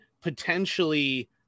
potentially